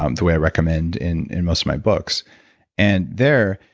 um the way i recommend in in most of my books and there,